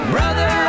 Brother